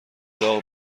داغ